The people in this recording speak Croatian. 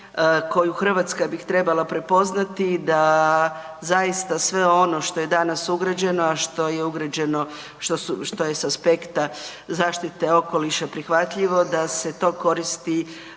koju Hrvatska bi trebala prepoznati da zaista sve ono što je danas ugrađeno, a što je ugrađeno, što su, što je s aspekta zaštite okoliša prihvatljivo da se to koristi